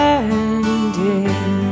ending